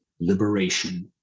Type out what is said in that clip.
Liberation